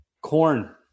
corn